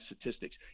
statistics